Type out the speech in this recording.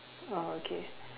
uh okay